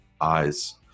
eyes